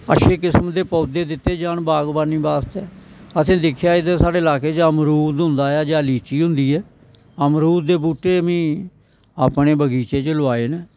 अच्छे किस्म दे पौधे दित्ते जान बागबानी बास्तै असें दिक्खेआ इद्धर साढ़ै इलाके च अमरूद होंदा ऐ जां लीची होंदी ऐ अमरूद दे बूह्टे में अपने बगीचे च लोआए न